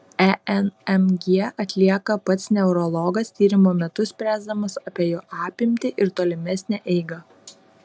enmg atlieka pats neurologas tyrimo metu spręsdamas apie jo apimtį ir tolimesnę eigą